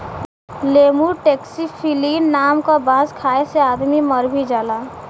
lemur taxiphyllin नाम क बांस खाये से आदमी मर भी जाला